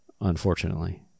Unfortunately